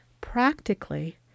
practically